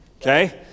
Okay